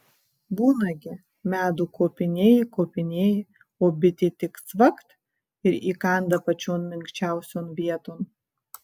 būna gi medų kopinėji kopinėji o bitė tik cvakt ir įkanda pačion minkščiausion vieton